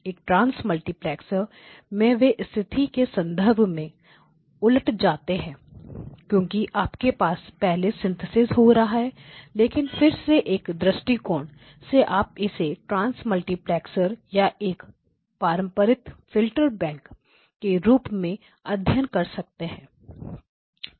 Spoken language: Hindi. एक ट्रांस मल्टीप्लेक्सर में वे स्थिति के संदर्भ में उलट जाते हैं क्योंकि आपके पास पहले सिंथेसिस हो रहा है लेकिन फिर से एक दृष्टिकोण से आप इसे ट्रांस मल्टीप्लेक्सर या एक पारंपरिक फिल्टर बैंक के रूप में अध्ययन कर सकते हैं